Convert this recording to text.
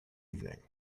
evening